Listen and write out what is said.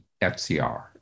FCR